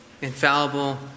infallible